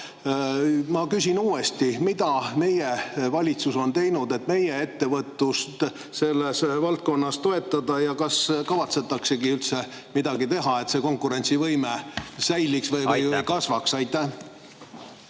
Ma küsin uuesti: mida meie valitsus on teinud, et meie ettevõtlust selles valdkonnas toetada? Ja kas kavatsetakse üldse midagi teha, et meie konkurentsivõime säiliks või kasvaks? Aitäh!